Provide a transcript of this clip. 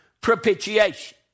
propitiation